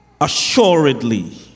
Assuredly